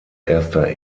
erster